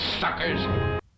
suckers